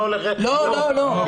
לא, לא.